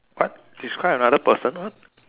what describe another person what